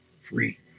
Free